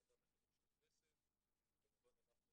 ועדת החינוך של הכנסת, וכמובן אנחנו ההורים.